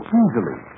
easily